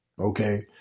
okay